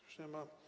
Już nie ma.